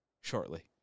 shortly